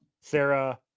Sarah